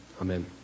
Amen